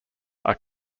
are